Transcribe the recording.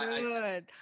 good